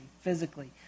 physically